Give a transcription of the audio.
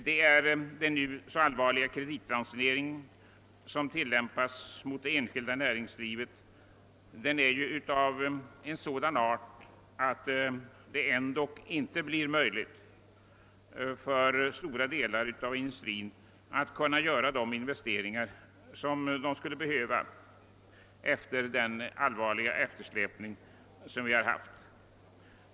Den allvarliga kreditransonering som nu tillämpas beträffande det enskilda näringslivet är av sådan art att stora delar av industrin ändå inte kan göra de investeringar som de skulle behöva efter den svåra eftersläpning som inträffat.